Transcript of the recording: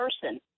person